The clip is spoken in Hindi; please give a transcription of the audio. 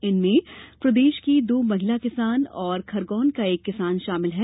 इनमें प्रदेश की दो महिला किसान और खरगोन का एक किसान शामिल है